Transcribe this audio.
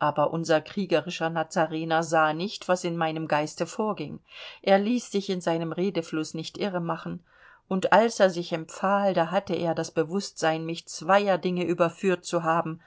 aber unser kriegerischer nazarener sah nicht was in meinem geiste vorging er ließ sich in seinem redefluß nicht irre machen und als er sich empfahl da hatte er das bewußtsein mich zweier dinge überführt zu haben